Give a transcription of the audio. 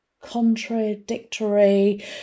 contradictory